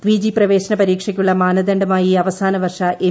PG പ്രവേശന പരീക്ഷയ്ക്കുള്ള മാനദണ്ഡമായി അവസാന വർഷ എം